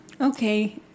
Okay